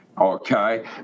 Okay